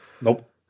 Nope